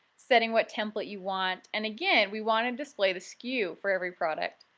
setting what template you want and, again, we want to display the sku for every product.